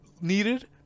needed